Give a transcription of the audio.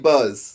Buzz